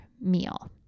meal